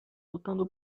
lutando